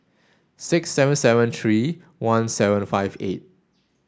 six seven seven three one seven five eight